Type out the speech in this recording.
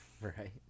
Right